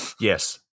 Yes